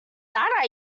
that